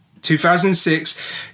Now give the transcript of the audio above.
2006